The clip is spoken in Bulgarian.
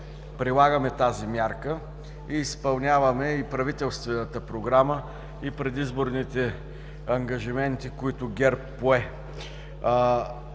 прилагаме тази мярка и изпълняваме правителствена програма и предизборните ангажименти, които ГЕРБ пое.